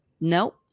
nope